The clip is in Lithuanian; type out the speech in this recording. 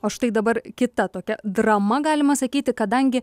o štai dabar kita tokia drama galima sakyti kadangi